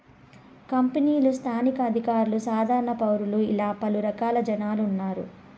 కంపెనీలు స్థానిక అధికారులు సాధారణ పౌరులు ఇలా పలు రకాల జనాలు ఉన్నారు